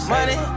Money